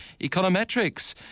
econometrics